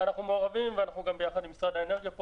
אנחנו מעורבים ואנחנו פועלים גם ביחד עם משרד האנרגיה.